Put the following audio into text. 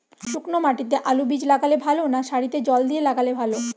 শুক্নো মাটিতে আলুবীজ লাগালে ভালো না সারিতে জল দিয়ে লাগালে ভালো?